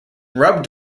rubbed